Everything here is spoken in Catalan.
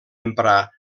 emprar